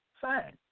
Fine